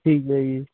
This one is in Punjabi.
ਠੀਕ ਹੈ ਜੀ